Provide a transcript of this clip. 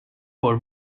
for